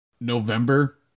November